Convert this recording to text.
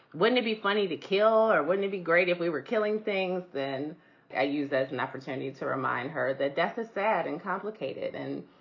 wouldn't it be funny to kill or wouldn't it be great if we were killing things? then i use as and opportunity to remind her that death is sad and complicated. and,